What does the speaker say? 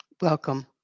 Welcome